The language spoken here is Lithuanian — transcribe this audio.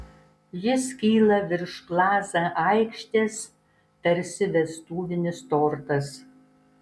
jis kyla virš plaza aikštės tarsi vestuvinis tortas